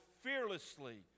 fearlessly